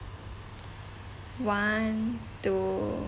one two